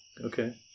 Okay